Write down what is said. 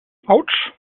autsch